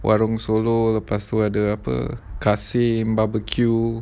warung solo lepas tu ada apa kasim barbeque